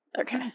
Okay